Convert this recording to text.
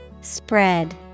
spread